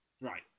Right